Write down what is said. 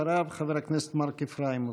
אחריו, חבר הכנסת מרק איפראימוב.